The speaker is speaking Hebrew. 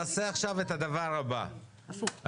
הנושא הכי חשוב היום בישראל בהקשר הרחב הוא דיור,